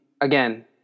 again –